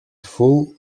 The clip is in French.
faux